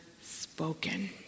spoken